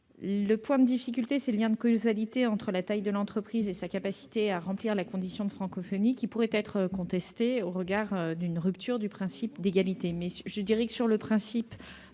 Le point de difficulté est le lien de causalité entre la taille de l'entreprise et sa capacité à remplir la condition de francophonie, qui pourrait être contesté au regard d'une rupture du principe d'égalité.